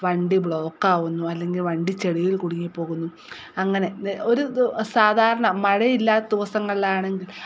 വണ്ടി ബ്ലോക്ക് ആകുന്നു അല്ലെങ്കിൽ വണ്ടി ചെളിയിൽ കുടുങ്ങി പോകുന്നു അങ്ങനെ ഒരു സാധരണ മഴയില്ലാത്ത ദിവസങ്ങളിലാണെങ്കിൽ